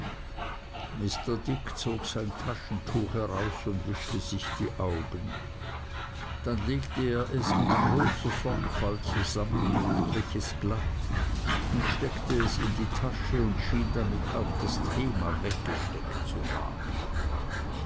mr dick zog sein taschentuch heraus und wischte sich die augen dann legte er es mit großer sorgfalt zusammen strich es glatt und steckte es in die tasche und schien damit auch das thema weggesteckt zu haben